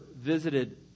visited